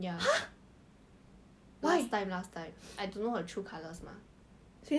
she transfer to poly she transfer to temasek poly